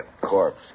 corpse